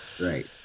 right